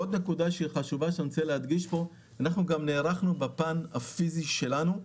עוד נקודה חשובה שאני רוצה להדגיש: אנחנו נערכנו בפן הפיזי שלנו.